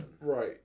Right